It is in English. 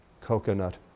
coconut